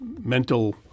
mental